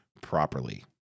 properly